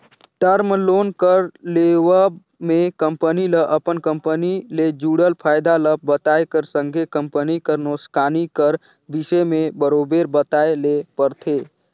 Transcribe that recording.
term loan कर लेवब में कंपनी ल अपन कंपनी ले जुड़ल फयदा ल बताए कर संघे कंपनी कर नोसकानी कर बिसे में बरोबेर बताए ले परथे